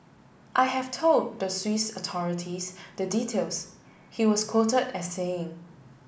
I have told the Swiss authorities the details he was quoted as saying